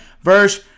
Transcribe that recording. verse